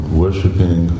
worshipping